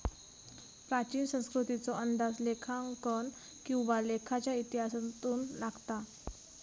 प्राचीन संस्कृतीचो अंदाज लेखांकन किंवा लेखाच्या इतिहासातून लागता